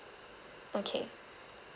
okay